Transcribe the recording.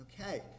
Okay